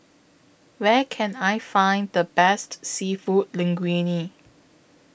Where Can I Find The Best Seafood Linguine